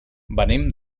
venim